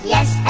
Yes